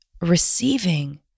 receiving